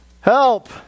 Help